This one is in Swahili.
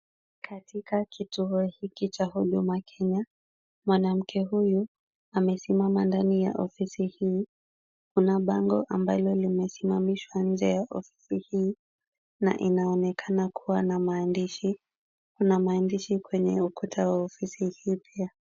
Katika kituo hiki cha Huduma Kenya, mwanamke huyu, amesimama ndani ya ofisi hii. Kuna bango ambalo limesimamishwa nje ya ofisi hii na inaonekana kuwa na maandishi. Kuna maandishi kwenye ukuta wa ofisi hii pia.